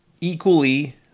equally